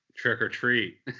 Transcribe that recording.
trick-or-treat